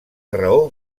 raó